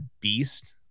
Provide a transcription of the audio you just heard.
beast